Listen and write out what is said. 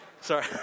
Sorry